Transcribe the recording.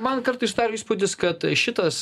man kartais įspūdis kad šitas